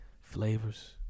flavors